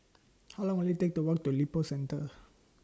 How Long Will IT Take to Walk to Lippo Centre